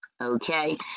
okay